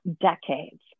decades